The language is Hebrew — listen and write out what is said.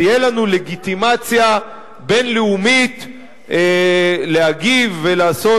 תהיה לנו לגיטימציה בין-לאומית להגיב ולעשות